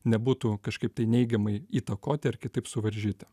nebūtų kažkaip tai neigiamai įtakoti ar kitaip suvaržyta